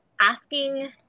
asking